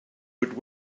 would